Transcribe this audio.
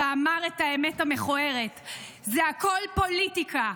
ואמר את האמת המכוערת: זה הכול פוליטיקה.